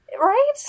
Right